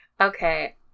Okay